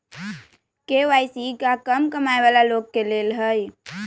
KYC का कम कमाये वाला लोग के लेल है?